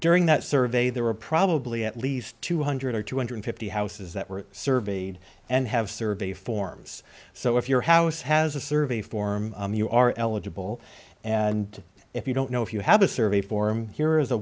during that survey there were probably at least two hundred or two hundred fifty houses that were surveyed and have survey forms so if your house has a survey form you are eligible and if you don't know if you have a survey form here is a